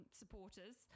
supporters